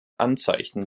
anzeichen